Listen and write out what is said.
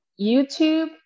YouTube